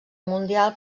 mundial